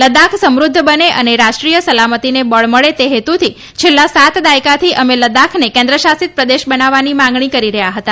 લદ્દાખ સમૃદ્ધ બને અને રાષ્ટ્રીય સલામતીને બળ મળે તે હેતુથી છેલ્લા સાત દાયકાથી અમે લદ્દાખને કેન્દ્રશાસિત પ્રદેશ બનાવવાની માગણી કરી રહ્યા હતા